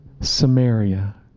Samaria